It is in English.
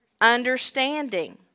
understanding